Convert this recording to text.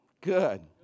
Good